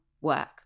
work